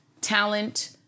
talent